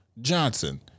Johnson